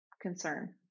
concern